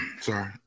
sorry